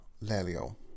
Lelio